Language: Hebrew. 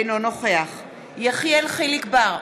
אינו נוכח יחיאל חיליק בר,